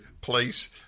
place